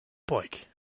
bike